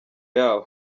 yabo